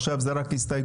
עכשיו זה רק הסתייגויות.